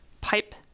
pipe